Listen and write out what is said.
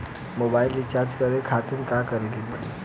Mobile recharge करे खातिर का करे के पड़ी?